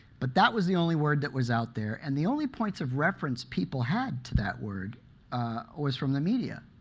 but that was the only word that was out there. and the only points of reference people had to that word was from the media